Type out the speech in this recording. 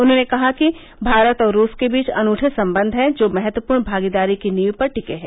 उन्होंने कहा कि भारत और रूस के बीच अनूठे संबंध हैं जो महत्वपूर्ण भागीदारी की नींव पर टिके हैं